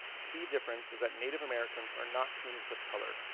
key difference is that native americans are not communities of color.